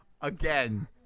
again